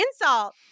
insult